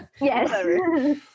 Yes